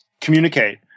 communicate